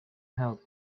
help